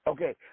Okay